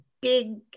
big